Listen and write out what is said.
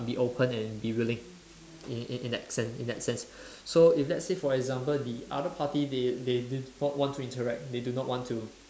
be open and be willing in in in in that sense in that sense so if let's say for example the other party they they did not want to interact they did not want to